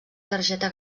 targeta